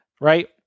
right